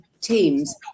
teams